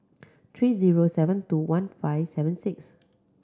three zero seven two one five seven six